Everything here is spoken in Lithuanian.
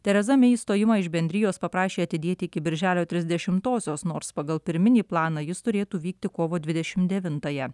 tereza mei išstojimą iš bendrijos paprašė atidėti iki birželio trisdešimtosios nors pagal pirminį planą jis turėtų vykti kovo dvidešim devintąją